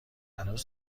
هنوز